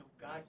God